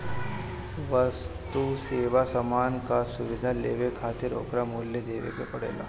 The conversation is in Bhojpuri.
वस्तु, सेवा, सामान कअ सुविधा लेवे खातिर ओकर मूल्य देवे के पड़ेला